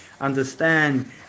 understand